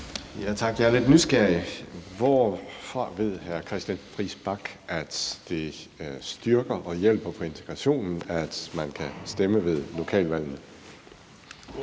Tak. Jeg er lidt nysgerrig: Hvorfra ved hr. Christian Friis Bach, at det styrker og hjælper på integrationen, at man kan stemme ved lokalvalgene?